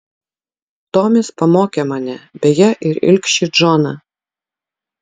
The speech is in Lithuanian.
tomis pamokė mane beje ir ilgšį džoną